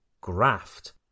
graft